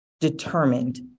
determined